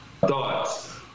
thoughts